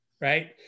right